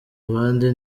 abandi